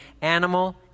animal